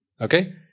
okay